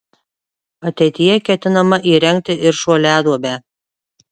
ateityje ketinama įrengti ir šuoliaduobę